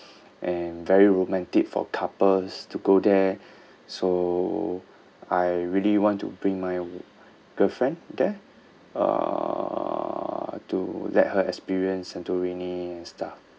and very romantic for couples to go there so I really want to bring my girlfriend there uh to let her experience santorini and stuff